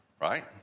right